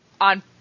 on